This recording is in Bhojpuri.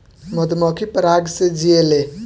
मधुमक्खी पराग से जियेले